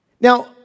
Now